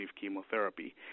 chemotherapy